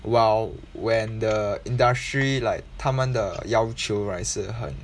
while when the industry like 他们的要求 right 是很